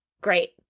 great